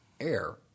air